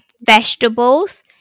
vegetables